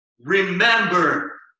remember